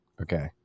okay